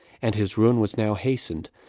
and his ruin was now hastened,